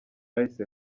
hahise